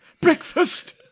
Breakfast